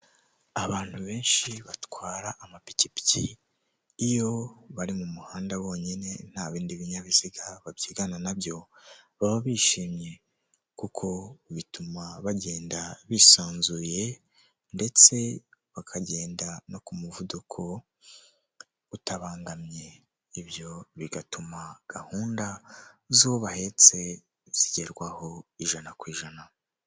Ni inzu nziza igereretse rimwe iteye irangi ry'umweru, ikaba ifite inzugi n'amadirishya by'ibirahure, ikindi iri ku isoko ihagaze amadorari ijana na mirongo ine.